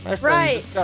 Right